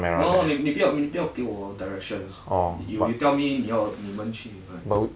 orh 你你不要你不要给我 directions you you tell me 你要你们去哪里